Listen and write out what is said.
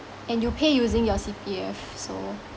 and you pay using your C_P_F so